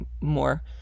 more